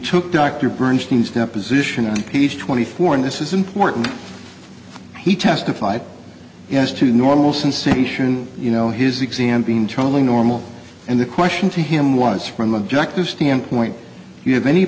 took dr bernstein's deposition on page twenty four and this is important he testified as to normal sensation you know his exam being totally normal and the question to him was from objective standpoint you have any